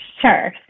Sure